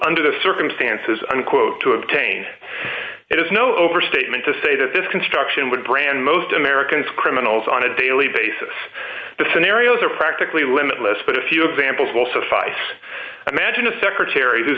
under the circumstances unquote to obtain it is no overstatement to say that this construction would brand most americans criminals on a daily basis the scenarios are practically limitless but a few examples will suffice i imagine a secretary who's